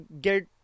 get